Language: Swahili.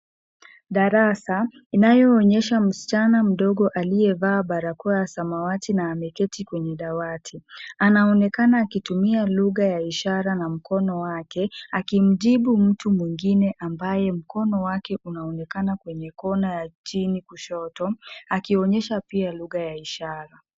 Darasa inayoonyesha msichana mdogo aliyevaa barakoa ya samawati na ameketi kwenye dawati. Anaonekana akitumia lugha ya ishara na mkono wake, akimjibu mtu mwingine ambaye mkono wake unaonekana kwenye kona ya chini kushoto, akionyesha pia lugha ya ishara.